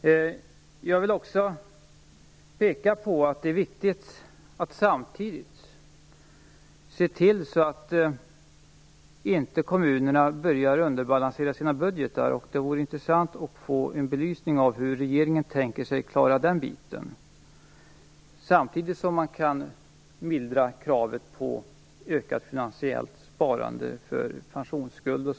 Jag vill också peka på att det är viktigt att samtidigt se till att kommunerna inte börjar underbalansera sina budgetar. Det vore intressant att få en belysning av hur regeringen tänker sig att klara den biten och hur man samtidigt kan mildra kravet på ökat finansiellt sparande för pensionsskuld etc.